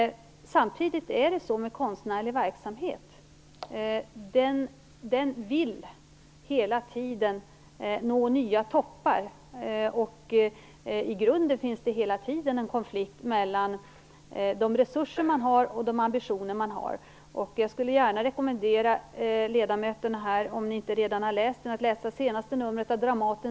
Samtidigt vill man inom konstnärlig verksamhet hela tiden nå nya toppar. I grunden finns det ständigt en konflikt mellan de resurser och de ambitioner man har. Jag skulle gärna rekommendera ledamöterna att läsa det senaste numret av Dramatens tidning, Dramat, om de inte redan har gjort det.